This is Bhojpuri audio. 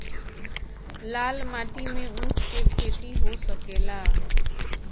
लाल माटी मे ऊँख के खेती हो सकेला?